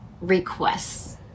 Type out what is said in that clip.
requests